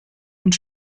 und